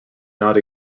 not